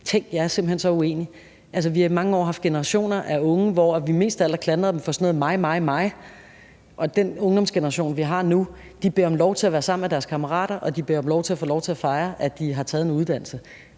har i mange år haft generationer af unge, hvor vi mest af alt har klandret dem for sådan noget: mig, mig, mig. Den ungdomsgeneration, vi har nu, beder om lov til at være sammen med deres kammerater, og de beder om lov til at fejre, at de har taget en uddannelse.